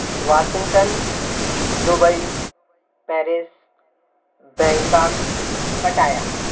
Washington Dubai Paris Bangkok पटाया